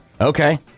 Okay